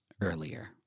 earlier